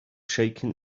shaken